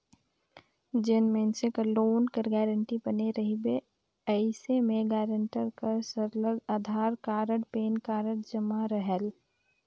जेन मइनसे कर लोन कर गारंटर बने रहिबे अइसे में गारंटर कर सरलग अधार कारड, पेन कारड जमा रहेल